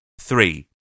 Three